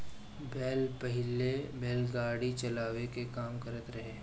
बैल पहिले बैलगाड़ी चलावे के काम करत रहे